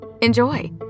Enjoy